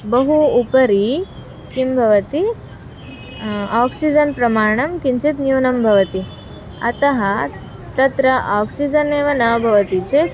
बहु उपरि किं भवति आक्सिजन् प्रमाणं किञ्चित् न्यूनं भवति अतः तत्र आक्सिजन्नेव न भवति चेत्